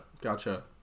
gotcha